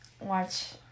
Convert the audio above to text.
watch